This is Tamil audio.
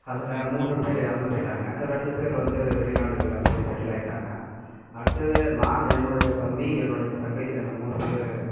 அதில் மூன்று பேர் இறந்து போயிட்டாங்க ரெண்டு பேர் வந்து வெளிநாடுகளில் போய் செட்டிலாயிட்டாங்க அடுத்தது நான் என்னுடைய தம்பி என்னுடைய தங்கை என மூணு பேர்